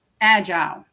agile